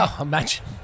Imagine